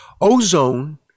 Ozone